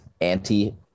anti